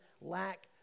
lack